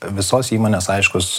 visos įmonės aiškus